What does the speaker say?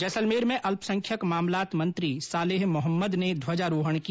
जैसलमेर में अल्पसंख्यक मामलात मंत्री सालेह मोहम्मद ने ध्वजारोहण किया